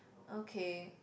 okay